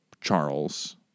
Charles